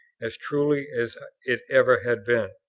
as truly as it ever had been.